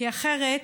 כי אחרת